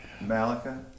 Malika